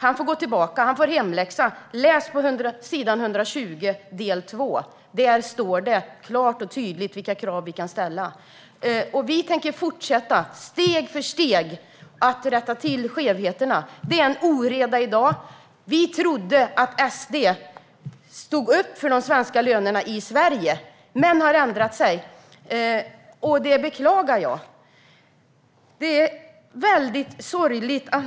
Han får gå tillbaka och får hemläxa: Läs på sidan 120 del 2! Där står det klart och tydligt vilka krav vi kan ställa. Vi tänker fortsätta att steg för steg rätta till skevheterna. Det är en oreda i dag. Vi trodde att ni i SD stod upp för de svenska lönerna i Sverige, men ni har ändrat er och det beklagar jag.